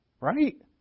right